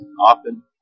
often